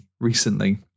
recently